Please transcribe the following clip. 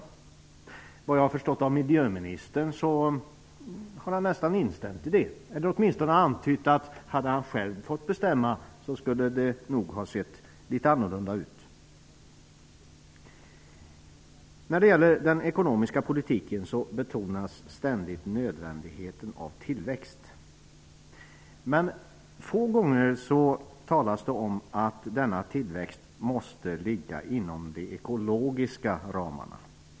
Såvitt jag har förstått har miljöministern nästan instämt i det eller åtminstone antytt att det nog skulle ha sett litet annorlunda ut om han själv hade fått bestämma. När det gäller den ekonomiska politiken betonas ständigt nödvändigheten av tillväxt. Få gånger talas det om att denna tillväxt måste ligga inom de ekologiska ramarna.